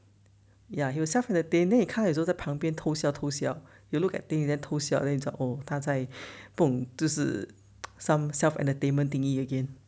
ya he will self entertain then 你看坐在旁边偷笑偷笑 you look at him then 偷笑 then 就哦他在不懂就是 some self entertainment thingy you again